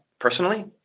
personally